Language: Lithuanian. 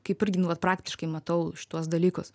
kaip irgi nuolat praktiškai matau šituos dalykus